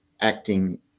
acting